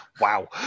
Wow